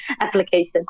application